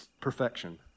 perfection